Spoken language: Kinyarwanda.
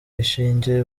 inshinge